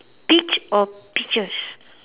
peach or peaches